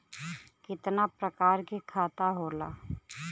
कितना प्रकार के खाता होला?